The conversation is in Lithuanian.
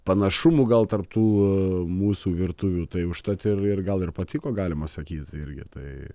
panašumų gal tarp tų mūsų virtuvių tai užtat ir ir gal ir patiko galima sakyt irgi tai